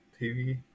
TV